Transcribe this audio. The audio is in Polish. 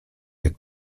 jak